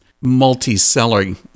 multi-selling